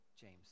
James